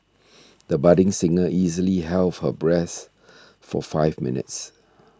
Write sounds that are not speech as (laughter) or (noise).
the budding singer easily held her breath (noise) for five minutes